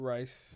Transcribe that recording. Rice